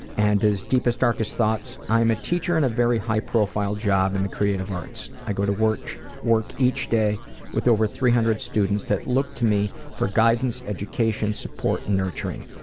and his deepest darkest thoughts i'm a teacher in a very high-profile job in the creative arts. i go to work work each day with over three hundred students that look to me for guidance, education, support and nurturing.